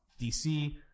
DC